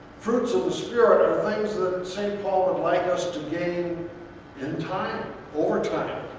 fruits of the spirit are things that saint paul would like us to gain in time over time.